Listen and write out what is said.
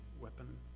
weapon